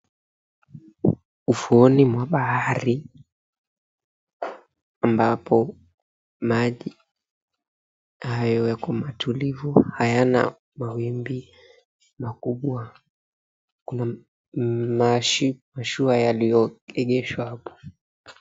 Ufuoni mwa bahari ambapo maji hayo yako matulivu, hayana mawimbi makubwa. Kuna mashua yaliyoegeshwa hapo.